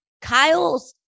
Kyle's